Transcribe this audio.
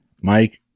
Mike